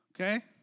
Okay